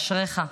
אשריך.